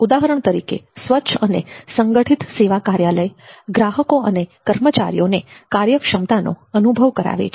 ઉદાહરણ તરીકે સ્વચ્છ અને સંગઠિત સેવા કાર્યાલય ગ્રાહકો અને કર્મચારીઓને કાર્યક્ષમતાનો અનુભવ કરાવે છે